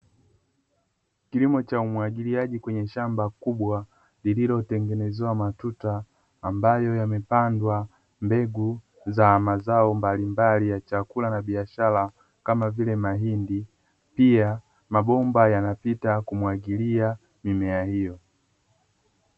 Kilimo cha umwagiliaji kwenye shamba kubwa lililotengenezewa matuta ambayo yamepandwa mbegu za mazao mbalimbali ya chakula na biashara, kama vile mahindi pia mabomba yanapita kumwagilia mimea hiyo.